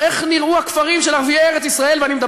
איך נראו כפרים של ערביי ארץ-ישראל,